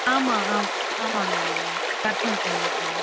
ஆமா ஆம ஆமாங்க ஆமாங்க பர்ஸ்னல் டிரெய்னர் தாங்க